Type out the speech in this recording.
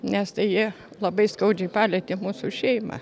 nes tai jie labai skaudžiai palietė mūsų šeimą